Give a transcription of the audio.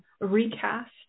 recast